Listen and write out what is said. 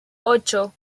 ocho